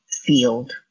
field